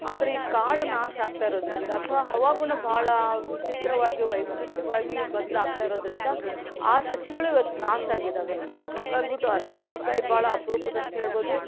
ಆದರೆ ಈ ಕಾಡು ನಾಶ ಆಗ್ತಾ ಇರೋದ್ರಿಂದ ಅಥವಾ ಹವಾಗುಣ ಬಹಳ ವಿಚಿತ್ರವಾಗಿ ವೈಪರೀತ್ಯವಾಗಿ ಬದಲಾಗ್ತಾ ಇರೋದ್ರಿಂದ ಆ ಸಸಿಗಳು ಇವತ್ತು ನಾಶ ಆಗಿದ್ದಾವೆ ಹಾಗಾಗಿಬಿಟ್ಟು ಅರೆಮಂಜಲಕಾಯಿ ಬಹಳ ಅಪರೂಪದ್ದಂತ ಹೇಳ್ಬೋದು